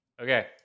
Okay